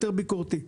יותר ביקורתי.